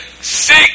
Seek